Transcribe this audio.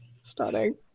stunning